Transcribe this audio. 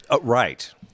Right